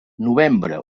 novembre